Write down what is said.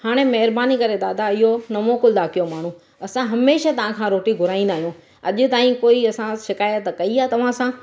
हाणे महिरबानी करे दादा इहो न मोकिलिंदा कयो माण्हू असां हमेशह तव्हांखां रोटी घुराईंदा आहियूं अॼु ताईं कोई असां शिकायत कई आहे तव्हां सां